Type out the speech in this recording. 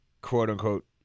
quote-unquote